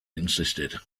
insisted